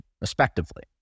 respectively